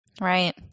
Right